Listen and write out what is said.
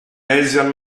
asian